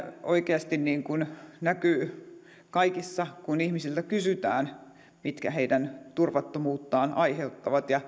oikeasti näkyy aina kun ihmisiltä kysytään mikä heidän turvattomuuttaan aiheuttaa